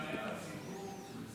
יש ביצועים שלא נעשים.